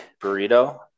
burrito